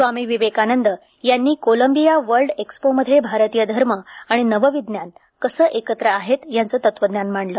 स्वामी विवेकानंद यांनी Columbia world एक्सपोमध्ये भारतीय धर्म आणि नव विज्ञान कसे एकत्र आहेत याचे तत्वज्ञान मांडले